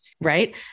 right